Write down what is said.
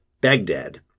Baghdad